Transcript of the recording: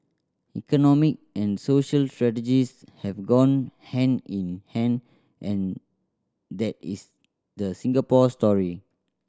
economic and social strategies have gone hand in hand and that is the Singapore story